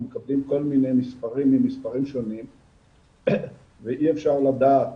מקבלים מספרים ממספרים שונים ואי אפשר לדעת,